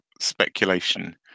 speculation